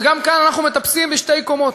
וגם כאן אנחנו מטפסים בשתי קומות: